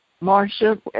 Marcia